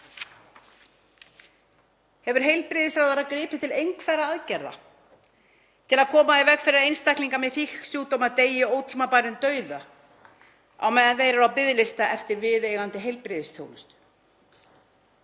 Hefur heilbrigðisráðherra gripið til einhverra aðgerða til að koma í veg fyrir að einstaklingar með fíknisjúkdóma deyi ótímabærum dauða á meðan þeir eru á biðlista eftir viðeigandi heilbrigðisþjónustu?